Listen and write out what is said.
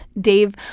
Dave